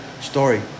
story